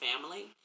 family